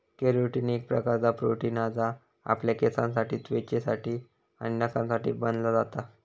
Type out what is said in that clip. carotene एक प्रकारचा protein हा जा आपल्या केसांसाठी त्वचेसाठी आणि नखांसाठी बनला जाता